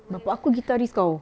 bapa aku guitarist tahu